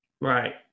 Right